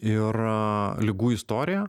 ir ligų istoriją